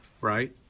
right